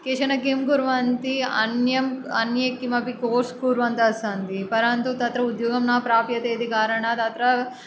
केचन किं कुर्वन्ति अन्यम् अन्ये किमपि कोर्स् कुर्वन्तः सन्ति परन्तु तत्र उद्योगं न प्राप्यते इति कारणात् अत्र